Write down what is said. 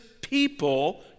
people